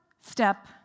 step